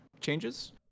changes